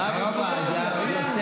הרב עובדיה.